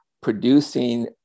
producing